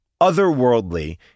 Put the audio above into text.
otherworldly